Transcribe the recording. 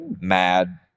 mad